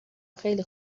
خیلی